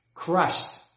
Crushed